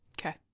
Okay